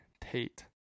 Tate